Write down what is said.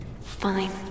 Fine